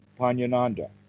Panyananda